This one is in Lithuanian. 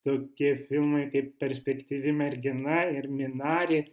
tokie filmai kaip perspektyvi mergina ir minarė